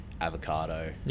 Avocado